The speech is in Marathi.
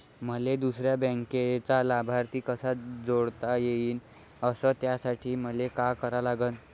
मले दुसऱ्या बँकेचा लाभार्थी कसा जोडता येईन, अस त्यासाठी मले का करा लागन?